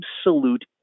absolute